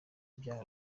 ibya